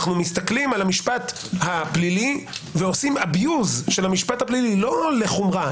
אנחנו מסתכלים על המשפט הפלילי ועושים אביוז של המשפט הפלילי לא לחומרה,